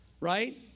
right